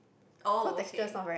oh okay